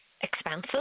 expensive